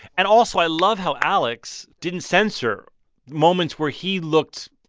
and also, i love how alex didn't censor moments where he looked.